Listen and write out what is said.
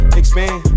expand